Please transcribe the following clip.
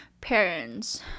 parents